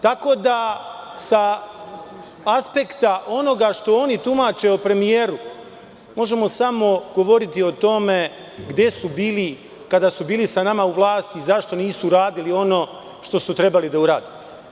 Tako da sa aspekta onoga što oni tumače o premijeru možemo samo govoriti o tome gde su bili kada su bili sa nama u vlasti zašto nisu radili ono što su trebali da urade.